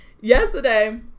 Yesterday